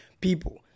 people